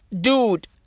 Dude